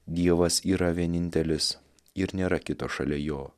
dievas yra vienintelis ir nėra kito šalia jo